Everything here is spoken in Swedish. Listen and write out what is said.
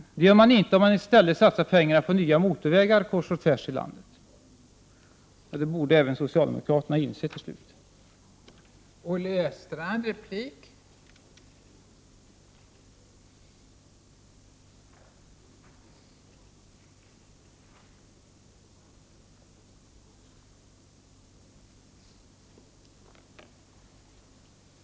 Men detta är inte möjligt om man i stället satsar pengar på nya motorvägar kors och tvärs i landet — det borde även socialdemokraterna till slut inse.